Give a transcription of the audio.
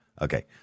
Okay